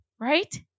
right